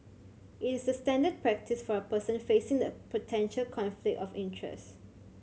it is the standard practice for a person facing the potential conflict of interest